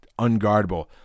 unguardable